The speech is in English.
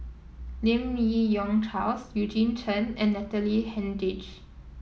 Lim Yi Yong Charles Eugene Chen and Natalie Hennedige